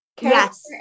Yes